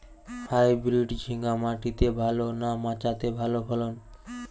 Hybrid ঝিঙ্গা মাটিতে ভালো না মাচাতে ভালো ফলন?